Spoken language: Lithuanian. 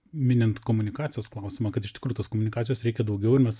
minint komunikacijos klausimą kad iš tikrųjų tos komunikacijos reikia daugiau mes